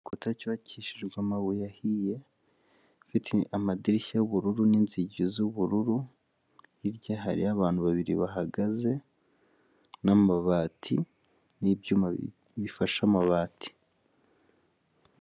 Igikuta cyukishijwe amabuye ahiye, ifite amadirishya y'ubururu n'inzugi z'ubururu, hirya hariyo abantu babiri bahagaze n'amabati n'ibyuma bifashe amabati.